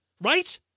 right